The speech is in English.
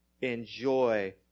enjoy